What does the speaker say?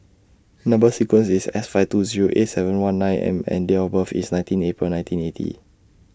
Number sequence IS S five two Zero eight seven one nine M and Date of birth IS nineteen April nineteen eighty